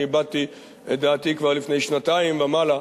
אני הבעתי את דעתי כבר לפני שנתיים ומעלה